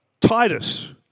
Titus